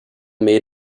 made